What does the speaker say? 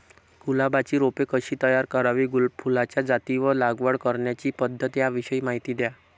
गुलाबाची रोपे कशी तयार करावी? फुलाच्या जाती व लागवड करण्याची पद्धत याविषयी माहिती द्या